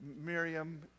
Miriam